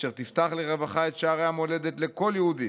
אשר תפתח לרווחה את שערי המולדת לכל יהודי